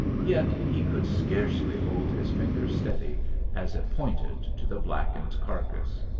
yet he could scarcely hold his finger steady as it pointed to the blackened carcase.